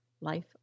life